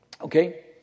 Okay